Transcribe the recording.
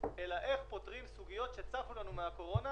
אלא איך פותרים סוגיות שצפו לנו מהקורונה